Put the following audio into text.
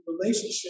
relationship